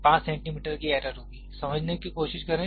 5 centimetre की error होगी समझने की कोशिश करें